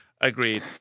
Agreed